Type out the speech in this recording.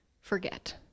forget